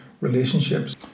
relationships